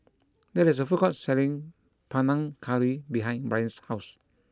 there is a food court selling Panang Curry behind Bryant's house